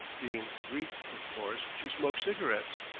being greek, of course she smokes cigarettes,